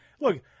Look